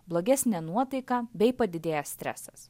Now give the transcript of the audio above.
blogesnė nuotaika bei padidėjęs stresas